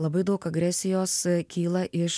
labai daug agresijos kyla iš